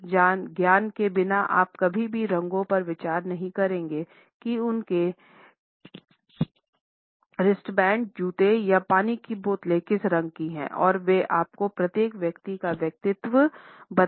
इस ज्ञान के बिना आप कभी भी रंगों पर विचार नहीं करेंगे की उनके रिस्टबैंड जूते या पानी की बोतलें किस रंग के हैं और वे आपको प्रत्येक व्यक्ति का व्यक्तित्व बताएंगे